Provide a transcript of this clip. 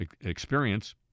experience